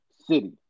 city